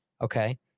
okay